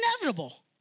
inevitable